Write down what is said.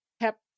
kept